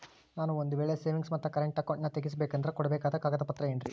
ನಾನು ಒಂದು ವೇಳೆ ಸೇವಿಂಗ್ಸ್ ಮತ್ತ ಕರೆಂಟ್ ಅಕೌಂಟನ್ನ ತೆಗಿಸಬೇಕಂದರ ಕೊಡಬೇಕಾದ ಕಾಗದ ಪತ್ರ ಏನ್ರಿ?